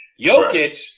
Jokic